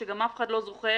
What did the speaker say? שגם אף אחד לא זוכר.